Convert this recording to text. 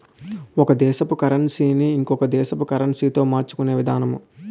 ఒక దేశపు కరన్సీ ని ఇంకొక దేశపు కరెన్సీతో మార్చుకునే విధానము